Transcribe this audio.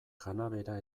kanabera